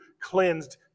cleansed